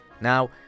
Now